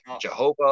Jehovah